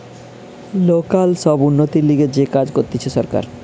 local সব উন্নতির লিগে যে কাজ করতিছে সরকার